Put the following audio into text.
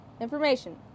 information